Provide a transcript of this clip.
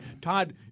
Todd